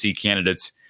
candidates